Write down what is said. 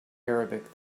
arabic